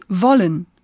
wollen